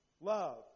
love